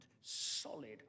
solid